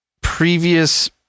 previous